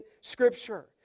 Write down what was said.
scripture